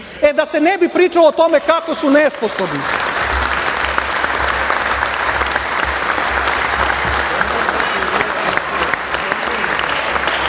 E da se ne bi pričalo o tome kako su nesposobni,